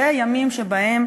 אלה ימים שבהם